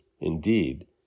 indeed